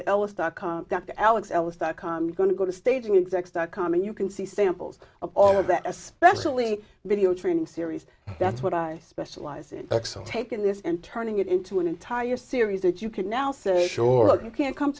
ellis dot com dr alex ellis dot com going to go to staging exacts dot com and you can see samples of all of that especially video training series that's what i specialize in x so taken this and turning it into an entire series that you can now say sure you can come